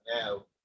now